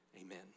amen